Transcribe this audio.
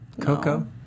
Coco